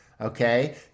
okay